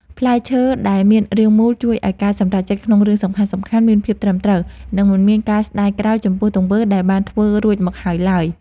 ផ្លែឈើដែលមានរាងមូលជួយឱ្យការសម្រេចចិត្តក្នុងរឿងសំខាន់ៗមានភាពត្រឹមត្រូវ និង មិនមានការស្ដាយក្រោយចំពោះទង្វើដែលបានធ្វើរួចមកហើយឡើយ។